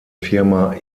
firma